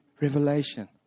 revelation